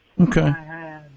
okay